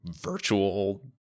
virtual